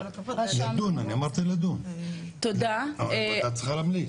אני אמרתי לדון, הוועדה צריכה להמליץ.